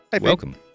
Welcome